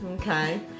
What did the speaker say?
okay